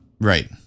Right